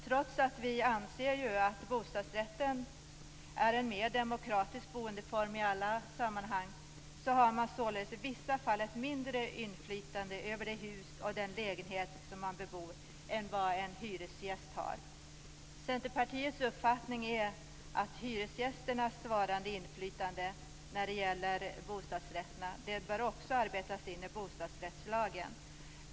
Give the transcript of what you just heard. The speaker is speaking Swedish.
Även om vi anser att bostadsrättsboende i alla sammanhang är en demokratisk boendeform vill jag peka på att bostadsrättshavaren i vissa fall har mindre inflytande över sitt hus och sin lägenhet än vad en hyresgäst har. Centerpartiets uppfattning är den att ett inflytande motsvarande det som hyresgästerna har bör arbetas in också i bostadsrättslagen.